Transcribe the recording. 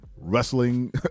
wrestling